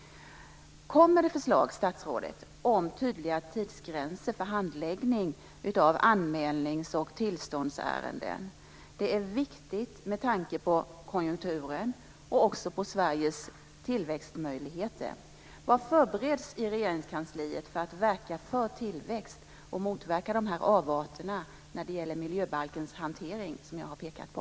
Kommer det förslag, statsrådet, om tydliga tidsgränser för handläggning av anmälnings och tillståndsärenden? Det är viktigt, med tanke på konjunkturen och också Sveriges tillväxtmöjligheter. Vad förbereds i Regeringskansliet för att verka för tillväxt och motverka avarterna när det gäller miljöbalkens hantering som jag har pekat på?